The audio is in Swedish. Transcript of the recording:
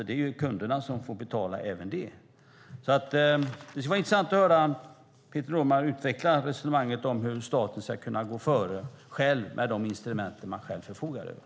Det är alltså kunderna som får betala även det. Det skulle vara intressant att höra Peter Norman utveckla resonemanget om hur staten ska kunna gå före med de instrument som man förfogar över.